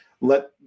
let